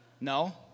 No